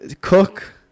Cook